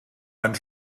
einen